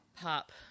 Pop